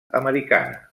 americana